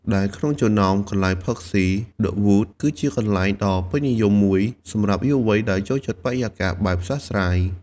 ដែលក្នុងចំណោមកន្លែងផឹកស៊ី ឌឹ វូត (The Wood) គឺជាកន្លែងដ៏ពេញនិយមមួយសម្រាប់យុវវ័យដែលចូលចិត្តបរិយាកាសបែបស្រស់ស្រាយ។